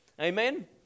amen